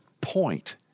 point